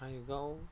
हाइकआव